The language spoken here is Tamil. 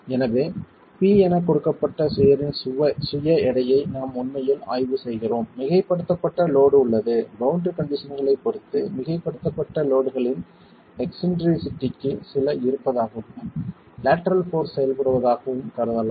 எனவே P எனக் கொடுக்கப்பட்ட சுவரின் சுய எடையை நாம் உண்மையில் ஆய்வு செய்கிறோம் மிகைப்படுத்தப்பட்ட லோட் உள்ளது பௌண்டரி கண்டிஷன்களைப் பொறுத்து மிகைப்படுத்தப்பட்ட லோட்களின் எக்ஸ்ன்ட்ரிசிட்டிக்கு சில இருப்பதாகவும் லேட்டரல் போர்ஸ் செயல்படுவதாகவும் கருதலாம்